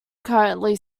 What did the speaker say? currently